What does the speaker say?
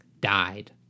died